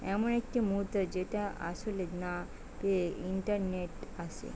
এমন একটি মুদ্রা যেটা আসলে না পেয়ে ইন্টারনেটে আসে